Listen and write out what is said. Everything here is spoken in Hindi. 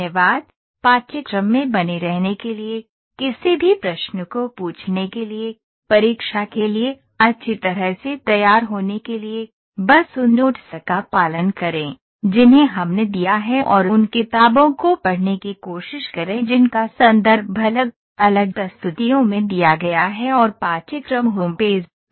धन्यवाद पाठ्यक्रम में बने रहने के लिए किसी भी प्रश्न को पूछने के लिए परीक्षा के लिए अच्छी तरह से तैयार होने के लिए बस उन नोट्स का पालन करें जिन्हें हमने दिया है और उन किताबों को पढ़ने की कोशिश करें जिनका संदर्भ अलग अलग प्रस्तुतियों में दिया गया है और पाठ्यक्रम होम पेज